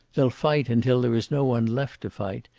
they'll fight until there is no one left to fight,